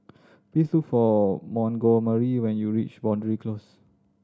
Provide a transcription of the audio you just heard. please look for Montgomery when you reach Boundary Close